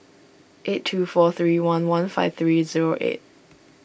eight two four three one one five three zero eight